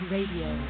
Radio